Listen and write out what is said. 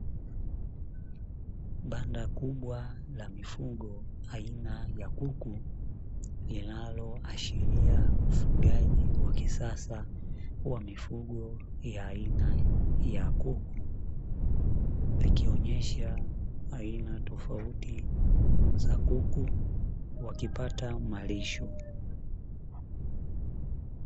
Banda kubwa la mifugo aina ya kuku, linaloashiria ufugaji wa kisasa wa mifugo ya aina ya kuku, likionyesha aina tofauti za kuku wakipata malisho.